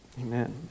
amen